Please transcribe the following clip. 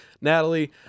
natalie